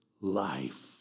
life